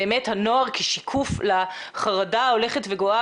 באמת הנוער כשיקוף לחרדה ההולכת וגואה